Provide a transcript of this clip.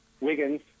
wiggins